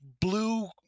blue